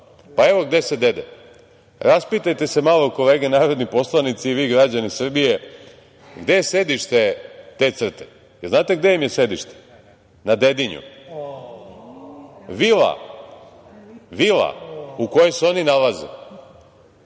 Evo, gde se dede, raspitajte se malo kolege narodni poslanici i vi građani Srbije, gde je sedišta te CRTE. Znate gde im je sedište? Na Dedinju. Vila u kojoj se oni nalaze,